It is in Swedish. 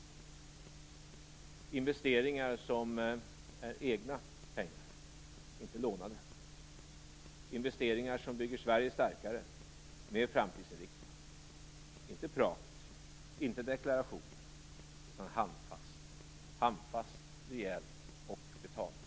Det är investeringar gjorda med egna pengar, inte lånade pengar, investeringar som bygger Sverige starkare och mer framtidsinriktat, inte prat, inte deklarationer utan handfast, rejält och betalt.